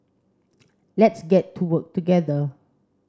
let's get to work together